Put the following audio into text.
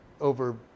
over